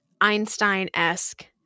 Einstein-esque